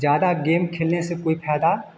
ज़्यादा गेम खेलने से कोई फायदा